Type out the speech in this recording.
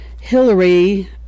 hillary